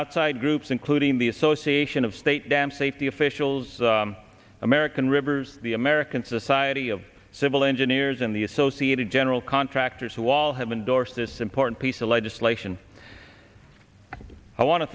outside groups including the association of state dam safety officials american rivers the american society of civil engineers and the associated general contractors who all have endorsed this important piece of legislation i want to